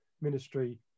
ministry